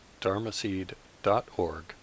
dharmaseed.org